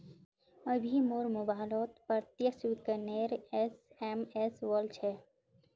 अभी मोर मोबाइलत प्रत्यक्ष विकलनेर एस.एम.एस वल छ